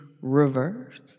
Reverse